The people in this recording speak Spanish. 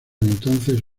entonces